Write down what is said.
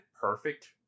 perfect